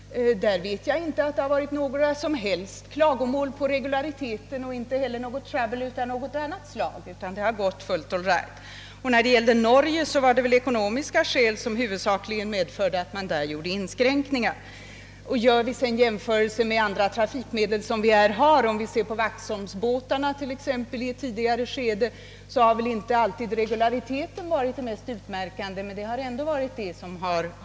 Jag känner inte till att det i fråga om dessa har framförts några klagomål beträffande regulariteten och inte heller förekommit trouble av annat slag, utan allt har varit all right. I Norge gjordes inskränkningar, huvudsakligen av ekonomiska skäl. Vid jämförelser med andra trafikmedel, exempelvis vaxholmsbåtarna, har inte regulariteten alltid varit det mest utmärkande, men det har fått duga ändå.